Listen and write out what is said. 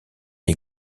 les